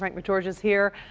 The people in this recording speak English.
like mcgeorge is here.